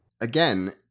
Again